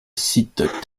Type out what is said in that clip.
cite